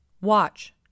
Watch